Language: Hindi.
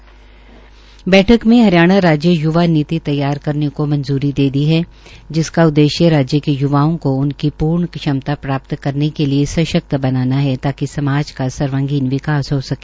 मंत्रिमंडल की बैठक में हरियाणा राज्य य्वा नीति तैयार करने को मंजूरी दे दी है जिसका उददेश्य राज्य के य्वाओं को उनकी पर्ण क्षमता प्राप्त करने के लिए सशक्त बनाना है ताकि समाज का सर्वागीण विकास हो सके